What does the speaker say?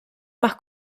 más